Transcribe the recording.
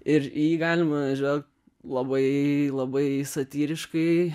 ir į jį galima žvelgt labai labai satyriškai